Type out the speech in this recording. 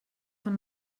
von